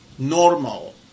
normal